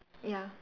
ya